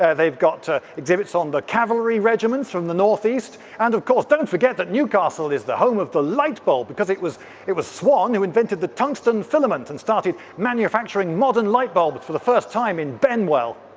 ah they've got exhibits on the cavalry regiments from the north east. and of course, don't forget that newcastle is the home of the light bulb. because it was it was swan who invented the tungsten filament, and started manufacturing modern light bulbs for the first time in benwell.